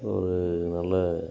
ஒரு நல்ல